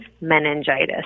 meningitis